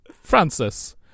Francis